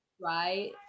right